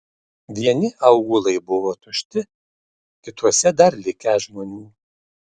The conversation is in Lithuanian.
vieni aūlai buvo tušti kituose dar likę žmonių